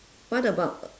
what about